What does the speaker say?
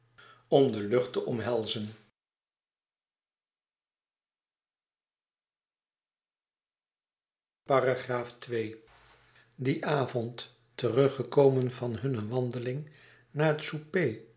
om de lucht te omhelzen ii dien avond teruggekomen van hunne wandeling na het